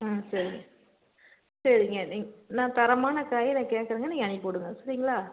ம் சரிங்க சரிங்க நீங்க நான் தரமான காய் நான் கேட்கறேங்க நீங்கள் அனுப்பி விடுங்க சரிங்களா